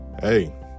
hey